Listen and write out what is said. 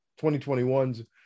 2021s